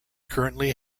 currently